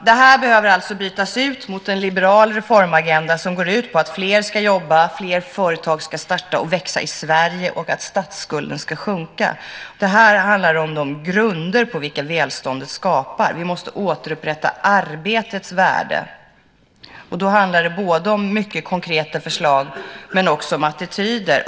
Det här behöver bytas ut mot en liberal reformagenda som går ut på att fler ska jobba, fler företag ska starta och växa i Sverige och statsskulden ska sjunka. Det handlar om de grunder på vilka välståndet skapas. Vi måste återupprätta arbetets värde. Då handlar det både om mycket konkreta förslag och om attityder.